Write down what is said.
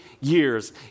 years